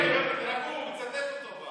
תירגעו, הוא מצטט אותו רק.